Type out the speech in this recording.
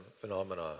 phenomena